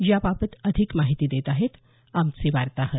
याबाबत अधिक माहिती देत आहेत आमचे वार्ताहर